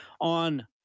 on